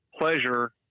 pleasure